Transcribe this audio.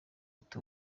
ati